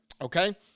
Okay